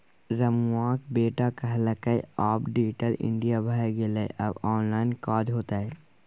रमुआक बेटा कहलकै आब डिजिटल इंडिया भए गेलै आब ऑनलाइन काज हेतै